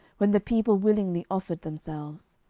when the people willingly offered themselves.